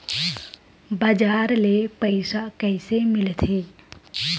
बजार ले पईसा कइसे मिलथे?